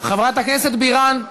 חברת הכנסת בירן.